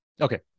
Okay